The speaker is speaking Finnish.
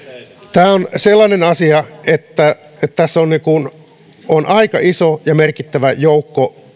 tämä on sellainen asia että tässä on aika iso ja merkittävä joukko